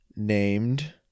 Named